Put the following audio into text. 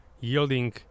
yielding